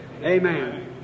Amen